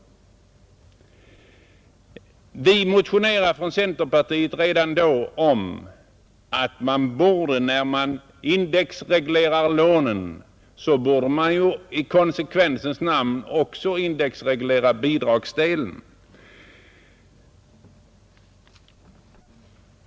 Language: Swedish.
Redan då motionerade vi från centerpartiet om att man, när man indexreglerade lånen, i konsekvensens namn också skulle indexreglera bidragsdelen.